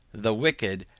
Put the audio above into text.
the wicked,